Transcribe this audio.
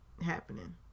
happening